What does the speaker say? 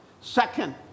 Second